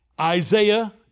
Isaiah